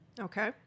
Okay